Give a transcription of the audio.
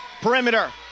Perimeter